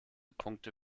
punkte